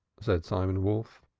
said simon wolf.